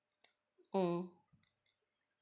mm